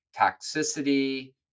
toxicity